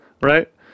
right